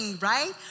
right